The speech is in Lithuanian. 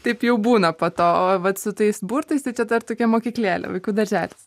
taip jau būna po to o vat su tais burtais tai čia dar tokia mokyklėlė vaikų darželis